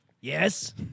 yes